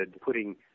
putting